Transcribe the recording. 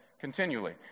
continually